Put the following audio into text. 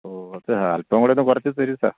ഓഹ് അത് അല്പം കൂടിയൊന്ന് കുറച്ച് തരൂ സാര്